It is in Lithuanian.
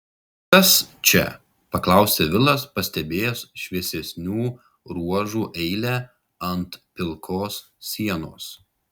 kas čia paklausė vilas pastebėjęs šviesesnių ruožų eilę ant pilkos sienos